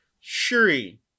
Shuri